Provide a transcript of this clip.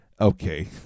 okay